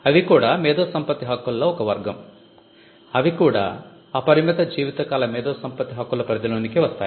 అవి కూడా మేధో సంపత్తి హక్కులలో ఒక వర్గం అవి కూడా అపరిమిత జీవితకాల మేధో సంపత్తి హక్కుల పరిధిలోకి వస్తాయి